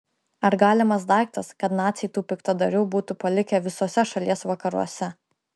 ar galimas daiktas kad naciai tų piktadarių būtų palikę visuose šalies vakaruose